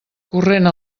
corrent